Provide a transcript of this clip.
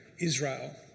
Israel